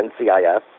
NCIS